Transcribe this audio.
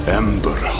ember